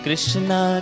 Krishna